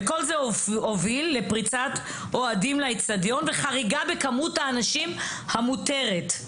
כל זה הוביל לפריצת אוהדים לאצטדיון וחריגה בכמות האנשים המותרת.